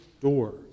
door